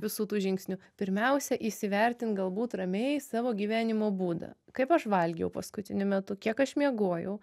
visų tų žingsnių pirmiausia įsivertink galbūt ramiai savo gyvenimo būdą kaip aš valgiau paskutiniu metu kiek aš miegojau